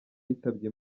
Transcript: yitabye